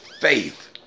faith